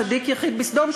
צדיק יחיד בסדום,